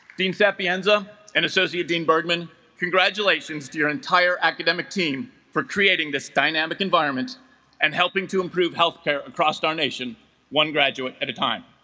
dean sapienza and associate dean bergman congratulations to your entire academic team for creating this dynamic environment and helping to improve healthcare across our nation one graduate at a time